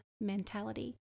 mentality